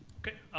okay.